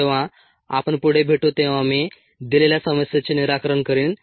जेव्हा आपण पुढे भेटू तेव्हा मी दिलेल्या समस्येचे निराकरण करीन